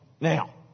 Now